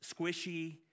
squishy